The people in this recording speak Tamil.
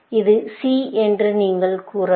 இது C என்று நீங்கள் கூறலாம்